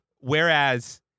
whereas